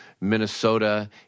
minnesota